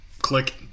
Click